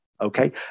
okay